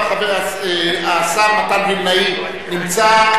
השר מתן וילנאי נמצא,